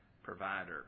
Provider